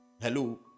Hello